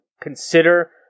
consider